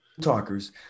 talkers